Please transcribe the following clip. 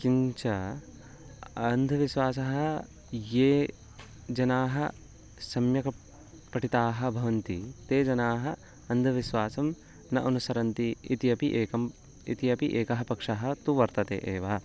किं च अन्धविश्वासः ये जनाः सम्यक् प् पठिताः भवन्ति ते जनाः अन्धविश्वासं न अनुसरन्ति इति अपि एकम् इति अपि एकः पक्षः तु वर्तते एव